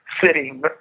sitting